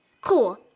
Cool